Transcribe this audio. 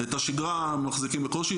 את השגרה מחזיקים בקושי,